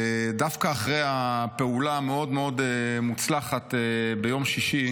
דווקא אחרי הפעולה המאוד-מאוד מוצלחת ביום שישי